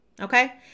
okay